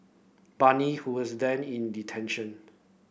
Bani who was then in detention